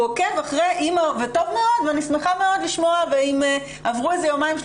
עברו איזה יומיים,